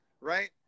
right